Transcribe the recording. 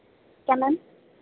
क्या मैम